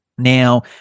Now